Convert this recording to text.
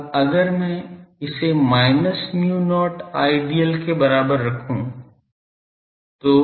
अब अगर मैं इसे minus mu not Idl के बराबर रखूं तो